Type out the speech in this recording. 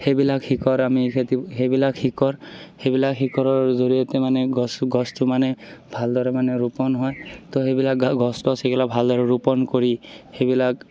সেইবিলাক শিকৰ আমি খেতি সেইবিলাক শিকৰ সেইবিলাক শিকৰৰ জৰিয়তে মানে গছ গছটো মানে ভালদৰে মানে ৰোপণ হয় তো সেইবিলাক গছ তছ সেইবিলাক ভালদৰে ৰোপণ কৰি সেইবিলাক